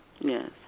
yes